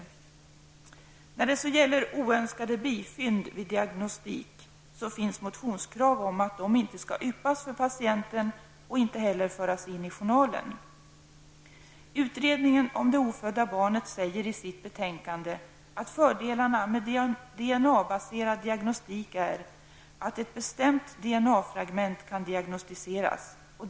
Det finns motionskrav om att oönskade bifynd vid diagnostik inte skall yppas för patienten och inte heller föras in i journalen. Utredningen om det ofödda barnet säger i sitt betänkande att fördelarna med DNA-baserad diagnostik är att ett bestämt DNA-fragment kan diagnostiseras.